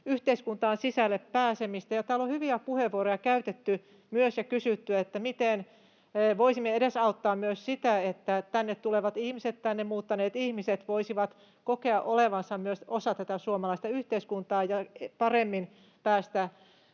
yhteiskuntaan sisälle pääsemistä. Täällä on käytetty myös hyviä puheenvuoroja ja kysytty, miten voisimme edesauttaa myös sitä, että tänne tulevat ihmiset, tänne muuttaneet ihmiset voisivat kokea olevansa myös osa tätä suomalaista yhteiskuntaa ja paremmin päästä